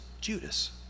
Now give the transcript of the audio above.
Judas